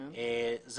זה